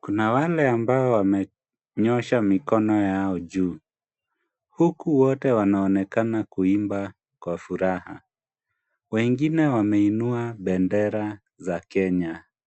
Kuna wale ambao wamenyosha mikono yao juu huku wote wanaonekana kuimba kwa furaha. Wengine wameinua bendera za Kenya.